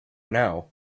now